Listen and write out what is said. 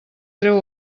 treu